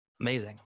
Amazing